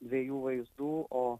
dviejų vaizdų o